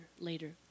later